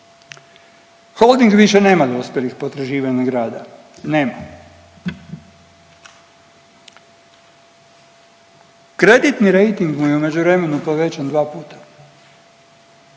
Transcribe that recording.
Holding više nema dospjelih potraživanja grada, nema. Kreditni rejting mu je u međuvremenu povećan dva puta.